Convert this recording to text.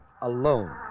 alone